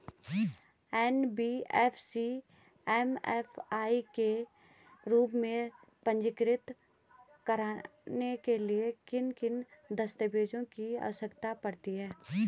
NBFC MFI के रूप में पंजीकृत कराने के लिए किन किन दस्तावेज़ों की आवश्यकता होती है?